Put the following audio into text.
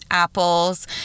Apples